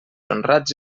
honrats